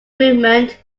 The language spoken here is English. movement